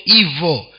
evil